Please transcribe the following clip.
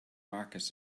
marcus